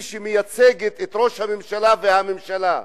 מי שמייצגת את ראש הממשלה והממשלה.